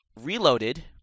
Reloaded